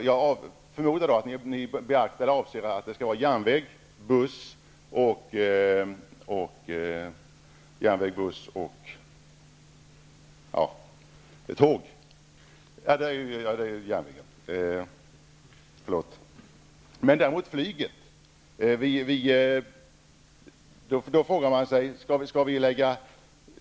Jag förmodar att Socialdemokraterna då avser tåg och buss. Men däremot sägs inget om flyget.